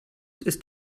ist